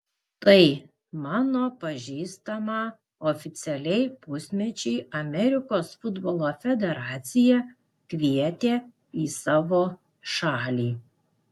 štai mano pažįstamą oficialiai pusmečiui amerikos futbolo federacija kvietė į savo šalį